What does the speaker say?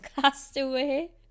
Castaway